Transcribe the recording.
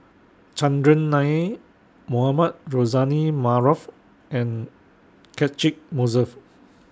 Chandran Nair Mohamed Rozani Maarof and Catchick Moses